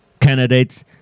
candidates